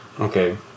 Okay